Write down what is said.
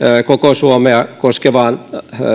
koko suomea koskevaan